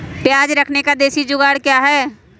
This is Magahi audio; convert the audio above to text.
प्याज रखने का देसी जुगाड़ क्या है?